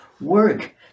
Work